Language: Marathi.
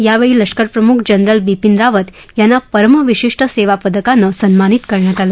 यावेळी लष्कर प्रमुख जनरल बिपिन रावत यांना परम विशिष्ट सेवा पदकानं सन्मानित करण्यात आलं